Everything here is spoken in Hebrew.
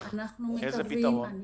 איזה פתרון?